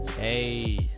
Hey